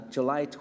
July